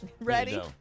Ready